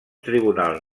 tribunal